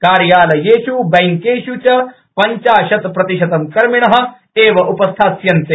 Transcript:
कार्यालयेष् बैंकेष् च पंचाशत् प्रतिशतं कर्मिण एव उपस्थास्यन्ते